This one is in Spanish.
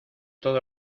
todo